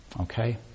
Okay